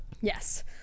Yes